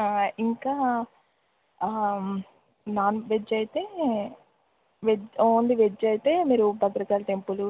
ఆ ఇంకా ఆ నాన్ వెజ్ అయితే వెజ్ ఓన్లీ వెజ్ అయితే మీరు భద్రకాళి టెంపుల్